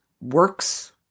works